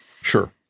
Sure